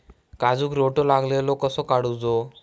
काजूक रोटो लागलेलो कसो काडूचो?